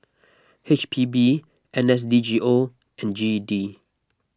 H P B N S D G O and G E D